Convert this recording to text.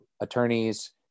attorneys